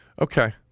Okay